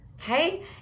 okay